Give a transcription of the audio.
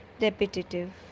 repetitive